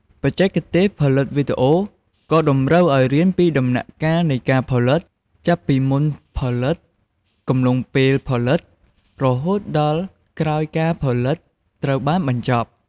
បច្ចេកទេសផលិតវីដេអូ ក៏តម្រូវឲ្យរៀនពីដំណាក់កាលនៃការផលិត ចាប់ពីមុនផលិត កំឡុងពេលផលិត រហូតដល់ក្រោយការផលិតត្រូវបានបញ្ចប់។